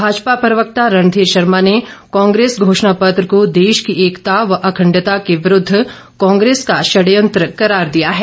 भाजपा प्रवक्ता रणधीर शर्मा ने कांग्रेस घोषणापत्र को देश की एकता व अखंडता के विरूद्व कांग्रेस का षड़यंत्र करार दिया है